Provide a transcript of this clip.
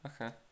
Okay